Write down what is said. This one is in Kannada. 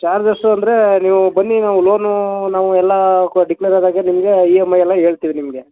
ಚಾರ್ಜಸ್ಸು ಅಂದರೆ ನೀವು ಬನ್ನಿ ನಾವು ಲೋನು ನಾವು ಎಲ್ಲ ಕೊ ಡಿಕ್ಲೇರ್ ಆದಾಗ ನಿಮಗೆ ಇ ಎಂ ಐ ಎಲ್ಲ ಹೇಳ್ತೀವ್ ನಿಮಗೆ